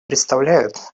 представляют